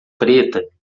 preta